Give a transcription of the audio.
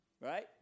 Right